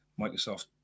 microsoft